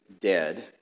dead